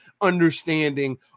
understanding